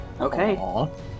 Okay